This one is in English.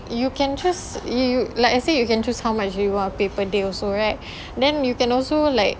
you can choose you you like I said you can choose how much do you want to pay per day also right then you can also like